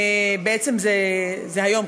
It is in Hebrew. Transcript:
בעצם זה היום,